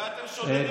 ואתם שודדים אותנו